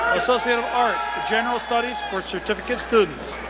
associate of arts, general studies for certificate students,